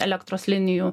elektros linijų